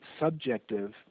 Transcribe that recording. subjective